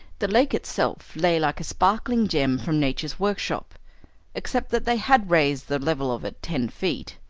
the lake itself lay like a sparkling gem from nature's workshop except that they had raised the level of it ten feet,